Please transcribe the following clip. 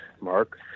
Mark